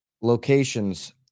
locations